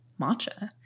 matcha